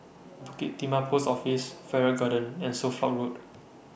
Bukit Timah Post Office Farrer Garden and Suffolk Road